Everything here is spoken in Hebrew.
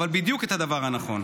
אבל בדיוק את הדבר הנכון.